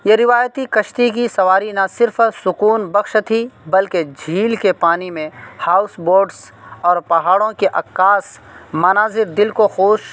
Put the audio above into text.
یہ روایتی کشتی کی سواری نہ صرف سکون بخش تھی بلکہ جھیل کے پانی میں ہاؤس بوڈس اور پہاڑوں کے عکاس مناظر دل کو خوش